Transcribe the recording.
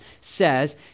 says